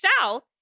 South